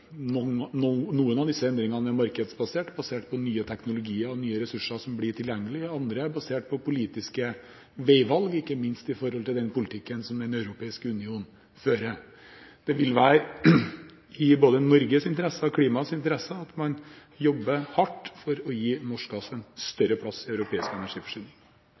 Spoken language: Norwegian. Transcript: noen av disse endringene er markedsbasert – basert på nye teknologier og nye ressurser som blir tilgjengelige. Andre er basert på politiske veivalg, ikke minst når det gjelder den politikken som Den europeiske union fører. Det vil være både i Norges interesse og i klimaets interesse at man jobber hardt for å gi norsk gass en større plass i europeisk energiforsyning.